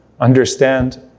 understand